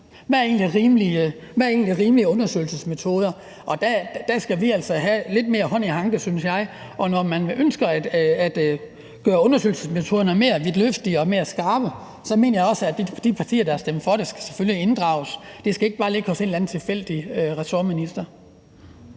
hvad der egentlig er rimelige undersøgelsesmetoder. Der synes jeg altså, at vi skal have lidt mere hånd i hanke med det, og når man ønsker at gøre undersøgelsesmetoderne mere vidtløftige og mere skarpe, mener jeg også, at de partier, der har stemt for det, selvfølgelig skal inddrages. Det skal ikke bare ligge hos en eller anden tilfældig ressortminister.